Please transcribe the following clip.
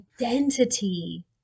identity